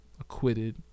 acquitted